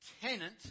tenant